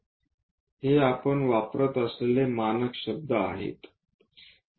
हे आपण वापरत असलेले मानक शब्द आहेत